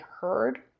heard